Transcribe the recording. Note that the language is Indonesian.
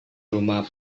rumah